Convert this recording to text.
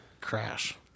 crash